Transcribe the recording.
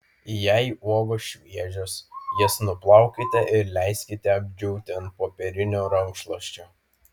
jei uogos šviežios jas nuplaukite ir leiskite apdžiūti ant popierinio rankšluosčio